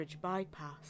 Bypass